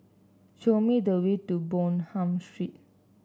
show me the way to Bonham Street